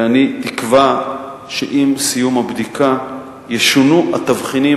ואני תקווה שעם סיום הבדיקה ישונו התבחינים